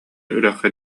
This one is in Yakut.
үрэххэ